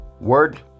Word